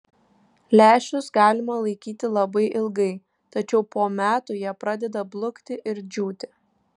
lęšius galima laikyti labai ilgai tačiau po metų jie pradeda blukti ir džiūti